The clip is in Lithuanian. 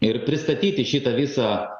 ir pristatyti šitą visą